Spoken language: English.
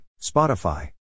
Spotify